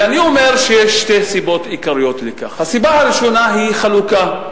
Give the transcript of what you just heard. ואני אומר שיש שתי סיבות עיקריות לכך: הסיבה הראשונה היא חלוקה.